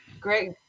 great